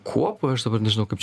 kuopoj aš dabar nežinau kaip čia